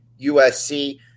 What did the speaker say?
USC